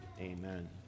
Amen